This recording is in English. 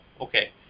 okay